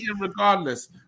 regardless